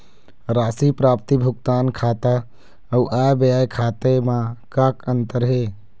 राशि प्राप्ति भुगतान खाता अऊ आय व्यय खाते म का अंतर हे?